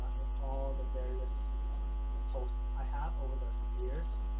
and all of the various posts i have over the years.